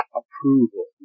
approval